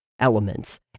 elements